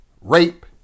rape